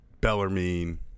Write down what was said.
Bellarmine